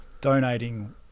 donating